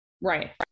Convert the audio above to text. right